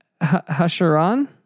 Hasharon